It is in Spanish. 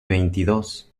veintidós